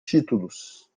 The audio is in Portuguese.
títulos